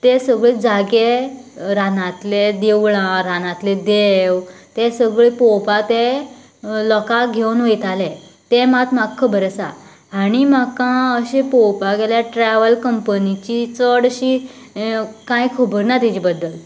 ते सगळें जागे रानांतलें देवळां रानांतलें देव ते सगळें पळोवपा ते लोकांक घेवन वयताले ते मात म्हाका खबर आसा आनी म्हाका अशें पळोवपा गेल्यार ट्रेवल कंपनीची चडशी कांय खबर ना तेजे बद्दल